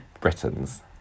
Britons